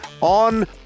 on